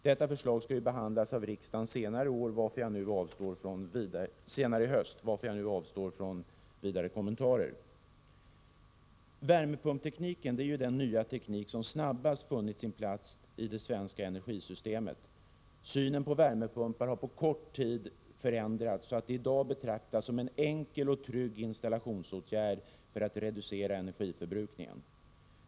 Detta förslag skall ju behandlas av riksdagen senare i höst, varför jag nu avstår från vidare kommentarer. Värmepumpstekniken är ju den nya teknik som snabbast funnit sin plats i det svenska energisystemet. Synen på värmepumpar har på kort tid förändrats så att de i dag betraktas som en enkel och trygg installationsåtgärd för att reducera energiförbrukningen.